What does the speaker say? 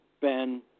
Ben